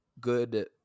good